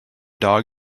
dog